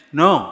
no